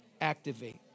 activate